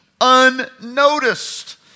unnoticed